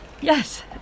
Yes